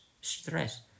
stress